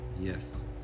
Yes